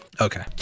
okay